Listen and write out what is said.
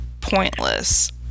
pointless